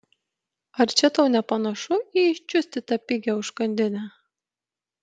ar čia tau nepanašu į iščiustytą pigią užkandinę